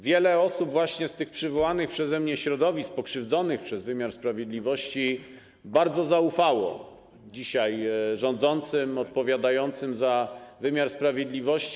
Wiele osób właśnie z tych przywołanych przeze mnie środowisk pokrzywdzonych przez wymiar sprawiedliwości bardzo zaufało dzisiaj rządzącym, którzy odpowiadają za wymiar sprawiedliwości.